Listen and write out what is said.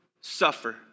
suffer